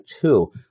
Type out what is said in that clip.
two